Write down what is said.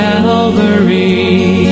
Calvary